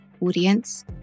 audience